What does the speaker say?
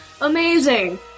amazing